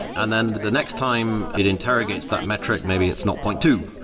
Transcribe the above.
and then the next time it interrogates that metric, maybe it's not point two.